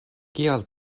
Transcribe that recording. kial